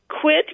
Quit